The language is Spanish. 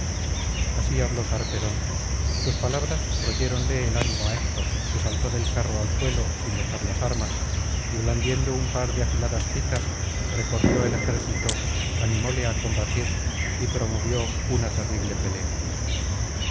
así habló sarpedón sus palabras royéronle el ánimo á héctor que saltó del carro al suelo sin dejar las armas y blandiendo un par de afiladas picas recorrió el ejército animóle á combatir y promovió una terrible pelea